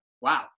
Wow